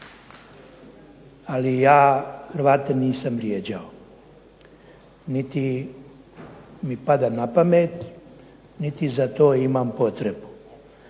Ali ja Hrvate nisam vrijeđao niti mi pada na pamet niti za to imam potrebu.